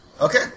Okay